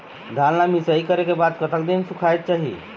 धान ला मिसाई करे के बाद कतक दिन सुखायेक चाही?